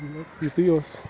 بَس یُتُے اوس